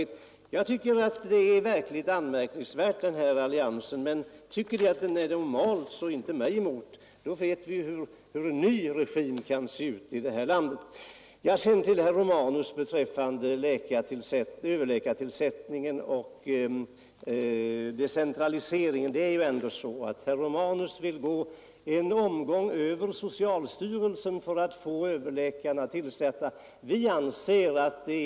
Den alliansen tycker jag är anmärkningsvärd, men tycker ni att den är normal så inte mig emot — då vet vi ju hur en ny regim kan se ut i det här landet. Sedan några ord till herr Romanus om tillsättningen av överläkartjänster och decentraliseringen. Herr Romanus vill gå en omväg över socialstyrelsen för att tillsätta överläkarna.